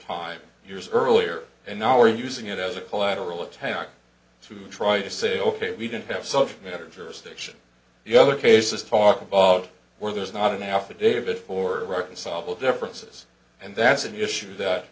time years earlier and now are using it as a collateral attack to try to say ok we didn't have such matters jurisdiction the other cases talked about where there's not an affidavit for reconcilable differences and that's an issue that